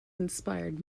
inspired